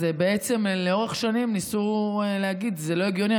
אז בעצם לאורך שנים ניסו להגיד: זה לא הגיוני,